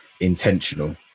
intentional